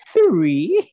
Three